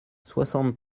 soixante